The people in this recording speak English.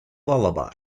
lullaby